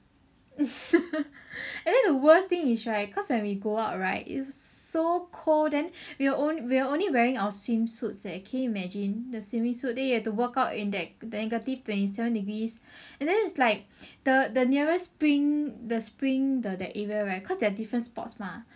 and then the worst thing is right cause when we go out right it's so cold then we were only we were only wearing our swimsuits leh can you imagine the swimming suits then you have to walk out in that negative twenty seven degrees and then it's like the the nearest spring the spring the the area right cause there are different spots mah